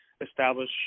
establish